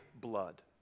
blood